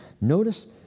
Notice